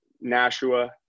Nashua